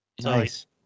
nice